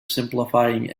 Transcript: simplifying